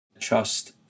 trust